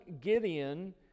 Gideon